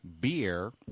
beer